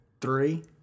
Three